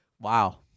Wow